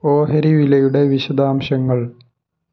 ഓഹരി വിലയുടെ വിശദാംശങ്ങൾ